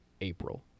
April